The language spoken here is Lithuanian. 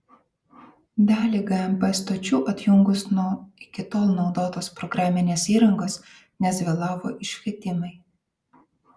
dalį gmp stočių atjungus nuo iki tol naudotos programinės įrangos nes vėlavo iškvietimai